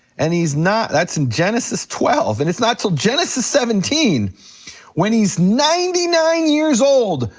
and he's not, that's in genesis twelve, and it's not till genesis seventeen when he's ninety nine years old,